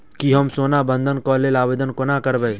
की हम सोना बंधन कऽ लेल आवेदन कोना करबै?